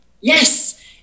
Yes